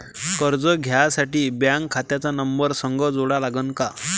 कर्ज घ्यासाठी बँक खात्याचा नंबर संग जोडा लागन का?